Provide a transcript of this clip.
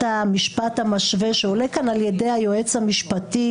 המשפט המשווה שעולה כאן על ידי היועץ המשפטי.